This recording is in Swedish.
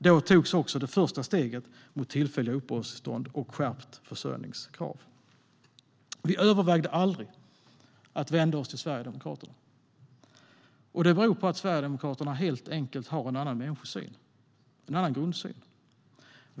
Då togs också det första steget mot tillfälliga uppehållstillstånd och skärpt försörjningskrav. Vi övervägde aldrig att vända oss till Sverigedemokraterna. Det beror på att Sverigedemokraterna helt enkelt har en annan människosyn, en annan grundsyn.